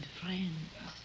friends